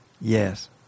Yes